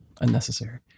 Unnecessary